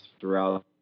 throughout